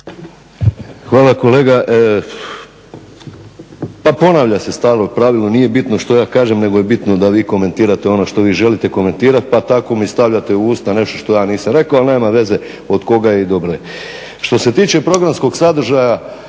Hvala. Kolega, pa ponavlja se stalno pravilo. Nije bitno što ja kažem nego je bitno dal vi komentirate ono što vi želite komentirati pa tako mi stavljate u usta nešto što ja nisam rekao ali nema veza i od koga je i dobro je. Što se tiče programskog sadržaja